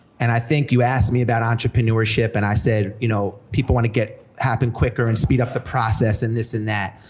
and i think you asked me about entrepreneurship, and i said, you know, people want to get, happen quicker and speed up the process and this and that,